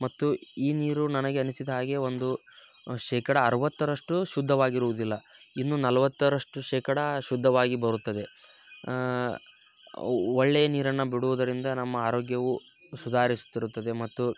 ಮತ್ತು ಈ ನೀರು ನನಗೆ ಅನಿಸಿದ ಹಾಗೆ ಒಂದು ಶೇಕಡ ಅರವತ್ತರಷ್ಟು ಶುದ್ಧವಾಗಿರುವುದಿಲ್ಲ ಇನ್ನು ನಲ್ವತ್ತರಷ್ಟು ಶೇಕಡ ಶುದ್ಧವಾಗಿ ಬರುತ್ತದೆ ಒಳ್ಳೆಯ ನೀರನ್ನು ಬಿಡುವುದರಿಂದ ನಮ್ಮ ಆರೋಗ್ಯವೂ ಸುಧಾರಿಸುತ್ತಿರುತ್ತದೆ ಮತ್ತು